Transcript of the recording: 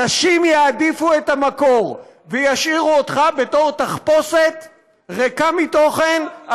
אנשים יעדיפו את המקור וישאירו אותך בתור תחפושת ריקה מתוכן,